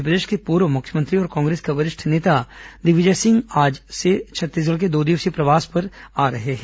मध्यप्रदेश के पूर्व मुख्यमंत्री और कांग्रेस के वरिष्ठ नेता दिग्विजय सिंह आज से छत्तीसगढ़ के दो दिवसीय प्रवास पर आ रिहे हैं